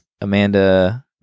Amanda